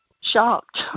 shocked